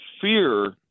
fear